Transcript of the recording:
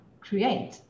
create